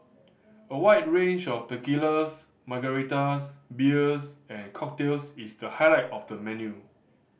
a wide range of tequilas margaritas beers and cocktails is the highlight of the menu